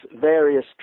various